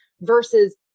versus